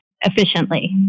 efficiently